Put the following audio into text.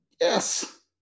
Yes